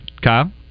Kyle